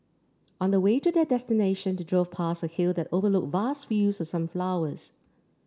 on the way to their destination they drove past a hill that overlooked vast fields of sunflowers